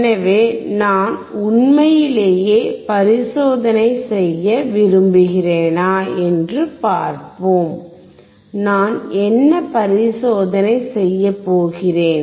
எனவே நான் உண்மையிலேயே பரிசோதனையைச் செய்ய விரும்புகிறேனா என்று பார்ப்போம் நான் என்ன பரிசோதனை செய்யப்போகிறேன்